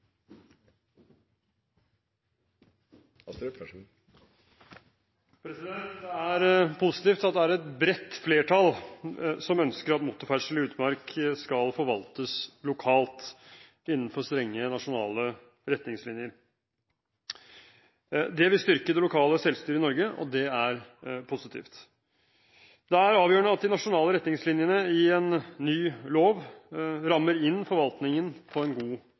meg stort. Det er positivt at det er et bredt flertall som ønsker at motorferdsel i utmark skal forvaltes lokalt innenfor strenge, nasjonale retningslinjer. Det vil styrke det lokale selvstyret i Norge, og det er positivt. Det er avgjørende at de nasjonale retningslinjene i en ny lov rammer inn forvaltningen på en god